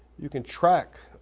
you can track